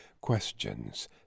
questions